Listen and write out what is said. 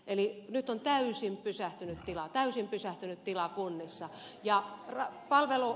eli nyt on täysin pysähtynyt tila kunnissa